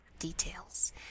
details